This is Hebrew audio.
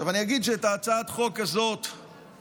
עכשיו אני אגיד שאת הצעת החוק הזאת כתבתי